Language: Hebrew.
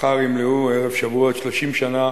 מחר, ערב שבועות, ימלאו 30 שנה